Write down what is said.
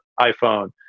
iPhone